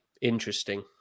interesting